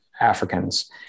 Africans